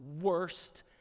worst